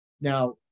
Now